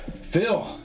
Phil